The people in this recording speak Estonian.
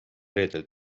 reedel